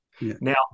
Now